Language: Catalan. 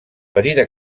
petita